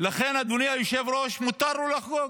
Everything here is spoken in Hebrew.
לכן, אדוני היושב-ראש, מותר לו לחגוג.